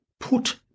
put